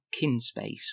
Kinspace